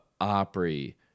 Opry